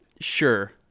sure